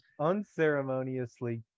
unceremoniously